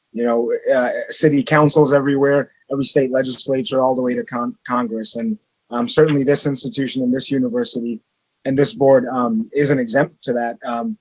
you know city council's everywhere, every state legislature all the way to kind of congress and um certainly, this institution and this university and this board isn't exempt to that,